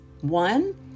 One